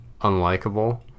unlikable